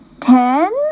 Ten